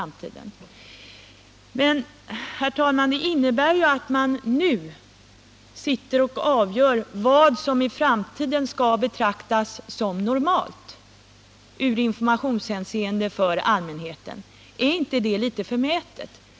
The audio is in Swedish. Men, herr talman, det innebär ju att man nu vill avgöra vad som i framtiden skall betraktas som normalt i informationshänseende för allmänheten. Är inte detta litet förmätet?